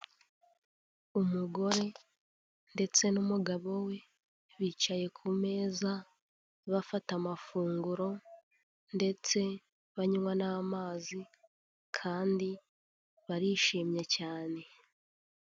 Umugore ndetse n'umugabo we bicaye ku meza bafata amafunguro ndetse banywa n'amazi kandi barishimye cyane.